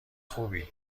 خوبی